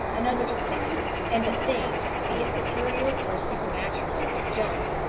another second, and the thing, be it material or supernatural, would jump.